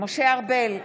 משה ארבל,